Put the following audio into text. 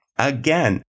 again